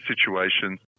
situations